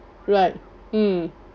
right mm